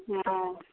हँ